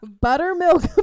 Buttermilk